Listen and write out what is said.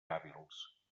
hàbils